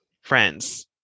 Friends